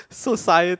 socie~